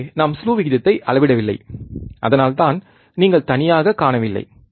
இங்கே நாம் ஸ்லூ விகிதத்தை அளவிடவில்லை அதனால்தான் நீங்கள் தனியாகக் காணவில்லை